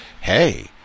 Hey